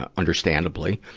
ah understandably